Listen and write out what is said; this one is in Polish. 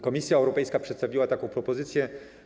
Komisja Europejska przedstawiła taką propozycję.